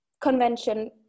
convention